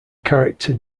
character